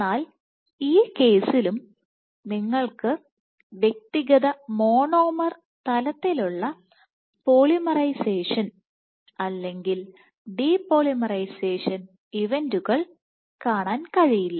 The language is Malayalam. എന്നാൽ ഈ കേസിലും നിങ്ങൾക്ക് വ്യക്തിഗത മോണോമർ തലത്തിലുള്ള പോളിമറൈസേഷൻ അല്ലെങ്കിൽ ഡിപോളിമറൈസേഷൻ ഇവന്റുകൾ കാണാൻ കഴിയില്ല